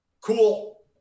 Cool